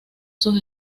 sus